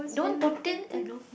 don't